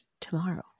tomorrow